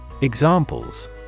Examples